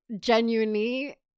genuinely